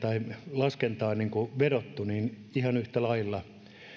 laskentaan vedottu ja ihan yhtä lailla